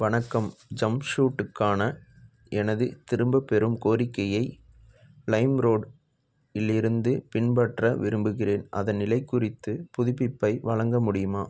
வணக்கம் ஜம்ப்சூட்டுக்கான எனது திரும்பப் பெறும் கோரிக்கையை லைம்ரோட் இலிருந்து பின்பற்ற விரும்புகிறேன் அதன் நிலை குறித்து புதுப்பிப்பை வழங்க முடியுமா